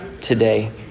today